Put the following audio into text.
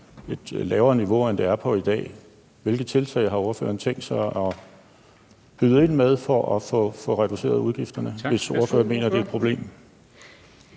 et lavere niveau, end det er på i dag. Hvilke tiltag har ordføreren tænkt sig at byde ind med for at få reduceret udgifterne, hvis ordføreren mener, at det er et problem?